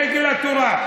דגל התורה,